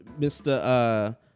mr